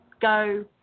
go